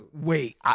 Wait